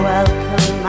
Welcome